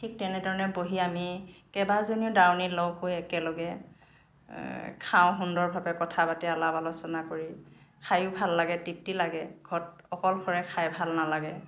ঠিক তেনেধৰণে বহি আমি কেইবাজনীও দাৱনী লগ হৈ একেলগে খাওঁ সুন্দৰভাৱে কথা পাতি আলাপ আলোচনা কৰি খায়ো ভাল লাগে তৃপ্তি লাগে ঘৰত অকলশৰে খাই ভাল নালাগে